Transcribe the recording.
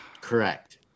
Correct